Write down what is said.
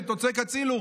רשת" או צועק "הצילו",